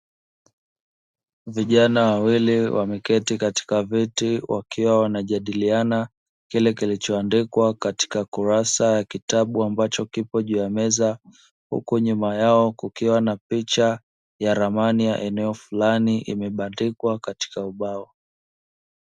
Vijana wawili wameketi katika viti wakiwa wanajadiliana kile kilichoandikwa katika kurasa ya kitabu, ambacho kipo juu ya meza. Huku nyuma yao kukiwa na picha ya ramani ya eneo fulani imebandikwa katika ubao.